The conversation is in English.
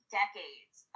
decades